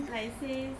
that time